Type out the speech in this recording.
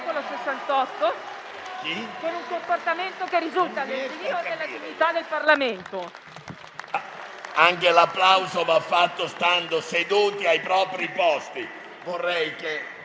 anche l'applauso va fatto stando seduti ai propri posti.